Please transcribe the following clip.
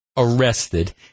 arrested